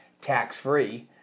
tax-free